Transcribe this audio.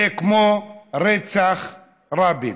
זה כמו רצח רבין,